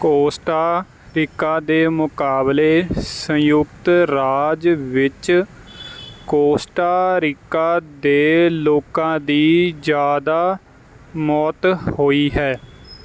Costa Rica ਦੇ ਮੁਕਾਬਲੇ ਸੰਯੁਕਤ ਰਾਜ ਵਿੱਚ ਕੋਸਟਾ ਰੀਕਾ ਦੇ ਲੋਕਾਂ ਦੀ ਜ਼ਿਆਦਾ ਮੌਤ ਹੋਈ ਹੈ